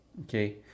okay